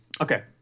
okay